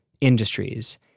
industries